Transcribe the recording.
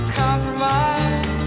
compromise